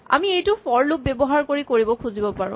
আমি এইটো for loop ব্যৱহাৰ কৰি কৰিব খুজিব পাৰো